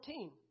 14